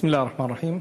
בסם אללה א-רחמאן א-רחים.